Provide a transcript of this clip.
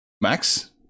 Max